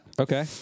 Okay